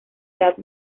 edad